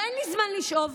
אין לי זמן לשאוב.